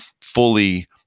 fully